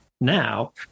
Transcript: now